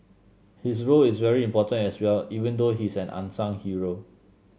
his role is very important as well even though he's an unsung hero